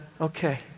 okay